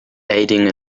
aiding